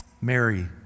Mary